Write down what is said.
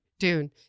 Dune